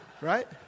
Right